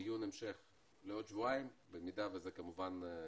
דיון המשך בעוד שבועיים, אם זה יתאפשר.